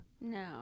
no